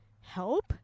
help